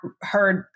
heard